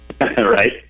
Right